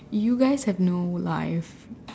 you guys have no life